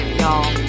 y'all